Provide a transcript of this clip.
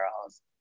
girls